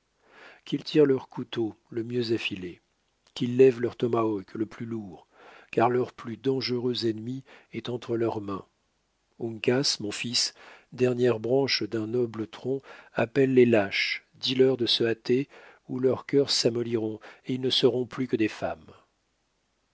qu'ils tirent leur couteau le mieux affilé qu'ils lèvent leur tomahawk le plus lourd car leur plus dangereux ennemi est entre leurs mains uncas mon fils dernière branche d'un noble tronc appelle les lâches dis-leur de se hâter ou leurs cœurs s'amolliront et ils ne seront plus que des femmes